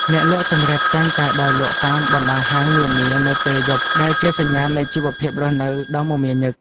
អ្នកលក់ចង្រិតតែងតែដើរលក់តាមបណ្តាហាងនានានៅពេលយប់ដែលជាសញ្ញានៃជីវភាពរស់នៅដ៏មមាញឹក។